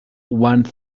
one